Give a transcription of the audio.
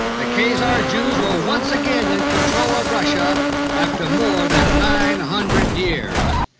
the khazar jews were once again in control of russia after more than nine hundred years,